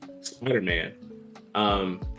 Spider-Man